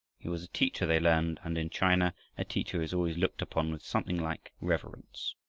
he was a teacher, they learned, and in china a teacher is always looked upon with something like reverence.